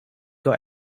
got